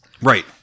Right